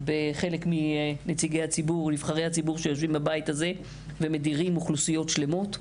בחלק מנבחרי הציבור שיושבים בבית הזה ומדירים אוכלוסיות שלמות.